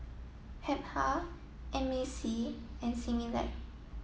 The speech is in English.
Habhal M A C and Similac